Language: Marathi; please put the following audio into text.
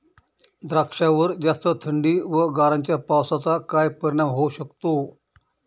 द्राक्षावर जास्त थंडी व गारांच्या पावसाचा काय परिणाम होऊ शकतो?